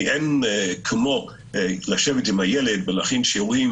כי אין כמו לשבת עם הילד ולהכין שיעורים